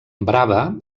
brava